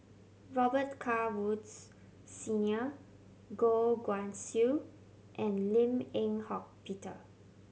Robet Carr Woods Senior Goh Guan Siew and Lim Eng Hock Peter